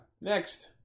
next